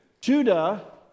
Judah